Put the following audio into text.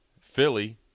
Philly